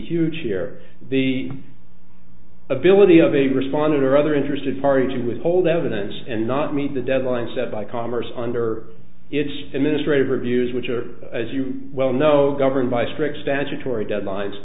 huge here the ability of a respondent or other interested parties to withhold evidence and not meet the deadline set by congress under its administrate of reviews which are as you well know governed by strict statutory deadlines